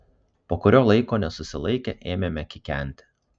po kurio laiko nesusilaikę ėmėme kikenti